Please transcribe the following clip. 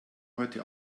heute